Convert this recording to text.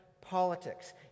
politics